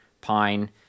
pine